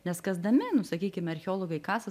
nes kasdami nu sakykim archeologai kasa